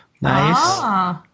Nice